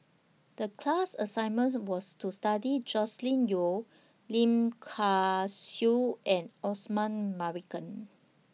The class assignment was to study Joscelin Yeo Lim Kay Siu and Osman Merican